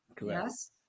Yes